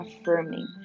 affirming